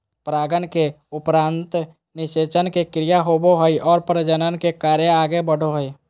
परागन के उपरान्त निषेचन के क्रिया होवो हइ और प्रजनन के कार्य आगे बढ़ो हइ